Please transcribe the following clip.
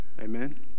amen